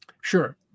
Sure